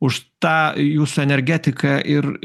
už tą jūsų energetiką ir